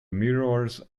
mirrors